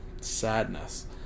sadness